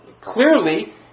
clearly